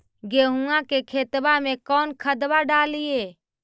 गेहुआ के खेतवा में कौन खदबा डालिए?